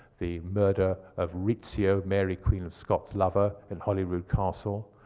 the murder of rizzio, mary queen of scots lover in holyrood castle.